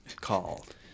called